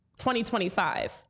2025